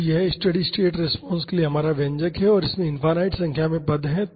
तो यह steady state response के लिए हमारा व्यंजक है और इसमें इनफाईनाईट संख्या में पद हैं